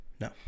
No